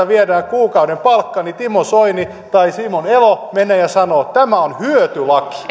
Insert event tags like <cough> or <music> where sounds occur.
<unintelligible> viedään kuukauden palkka niin timo soini tai simon elo menee ja sanoo että tämä on hyötylaki hyötylaki <unintelligible>